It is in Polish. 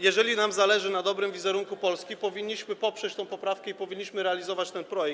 Jeżeli nam zależy na dobrym wizerunku Polski, powinniśmy poprzeć tę poprawkę i powinniśmy realizować ten projekt.